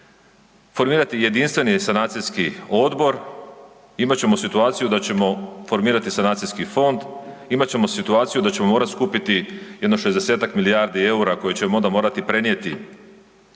formirati jedinstveni sanacijski odbor, imat ćemo situaciju da ćemo formirati sanacijski fond, imat ćemo situaciju da ćemo morati skupiti jedno 60-ak milijardi eura koje ćemo onda morati prenijeti